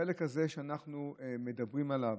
בחלק הזה שאנחנו מדברים עליו,